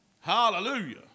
Hallelujah